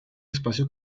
espacio